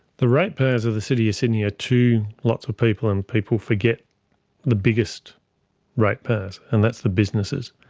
the ratepayers of the city of sydney are two lots of people, and people forget the biggest ratepayers and that's the businesses,